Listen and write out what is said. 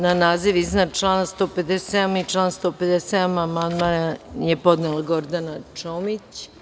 Na naziv iznad člana 157. i član 157. amandman je podnela Gordana Čomić.